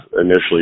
initially